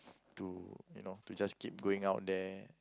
to you know to just keep going out there